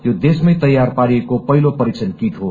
यो देशमै तयार पारिएको पहिलो परीक्षण कीट हो